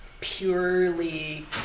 purely